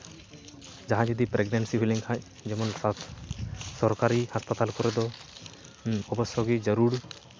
ᱡᱟᱦᱟᱸᱭ ᱡᱩᱫᱤ ᱯᱨᱮᱜᱽᱮᱱᱥᱤ ᱦᱩᱭ ᱞᱮᱱᱠᱷᱟᱱ ᱡᱮᱢᱚᱱ ᱥᱚᱨᱠᱟᱨᱤ ᱦᱚᱥᱯᱤᱴᱟᱞ ᱠᱚᱨᱮ ᱫᱚ ᱚᱵᱚᱥᱥᱚᱭ ᱜᱮ ᱡᱟᱹᱨᱩᱲ